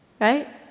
right